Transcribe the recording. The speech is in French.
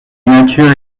nature